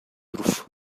roof